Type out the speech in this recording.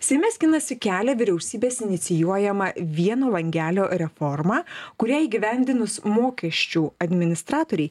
seime skinasi kelią vyriausybės inicijuojama vieno langelio reforma kurią įgyvendinus mokesčių administratoriai